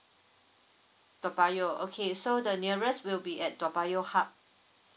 toa payoh okay so the nearest will be at toa payoh hub